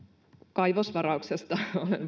kaivosvarauksesta